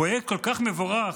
פרויקט כל כך מבורך,